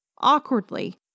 Awkwardly